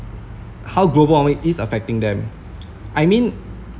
how global warming is affecting them I mean